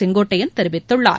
செங்கோட்டையன் தெரிவித்துள்ளார்